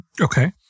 Okay